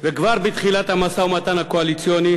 וכבר בתחילת המשא-ומתן הקואליציוני